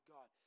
God